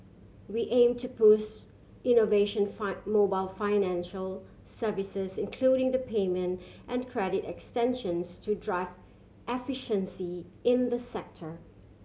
we aim to push innovation mobile financial services including the payment and credit extensions to drive efficiency in the sector